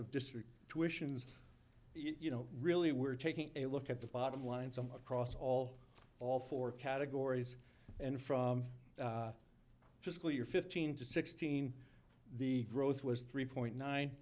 of district tuitions you know really we're taking a look at the bottom line some across all all four categories and from fiscal year fifteen to sixteen the growth was three point nine